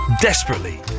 desperately